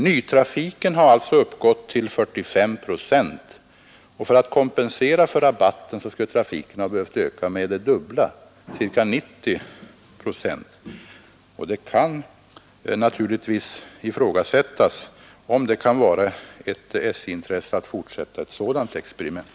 Nytrafiken har uppgått till 45 procent, men för att kompensera för rabatten skulle trafiken behövt öka med det dubbla, ca 90 procent. Det kan naturligtvis ifrågasättas om det kan vara ett SJ-intresse att fortsätta ett sådant experiment.